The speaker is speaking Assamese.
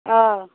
অঁ